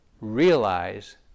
realize